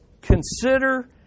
consider